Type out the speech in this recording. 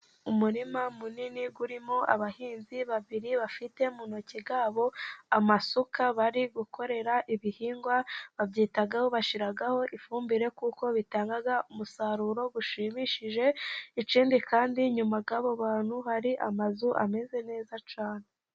Umurima munini urimo abahinzi babiri bafite mu ntoki zabo amasuka bari gukorera ibihingwa babyitaho bashyiraho ifumbire, kuko bitanga umusaruro ushimishije, ikindi kandi nyuma yabo bantu hari amazu ameze neza cyane.